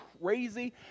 crazy